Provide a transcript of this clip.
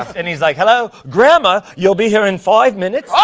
and he's like, hello? grandma? you'll be here in five minutes? oh.